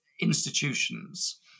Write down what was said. institutions